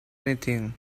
anything